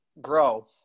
grow